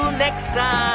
next time